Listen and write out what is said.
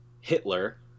Hitler